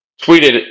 tweeted